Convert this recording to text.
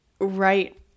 right